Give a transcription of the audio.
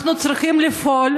אנחנו צריכים לפעול,